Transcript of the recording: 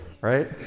right